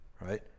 right